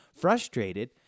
Frustrated